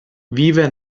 vive